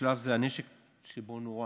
בשלב זה הנשק שבו היה